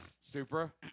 Supra